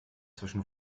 zwischen